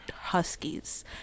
huskies